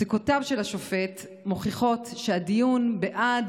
פסיקותיו של השופט מוכיחות שהדיון בעד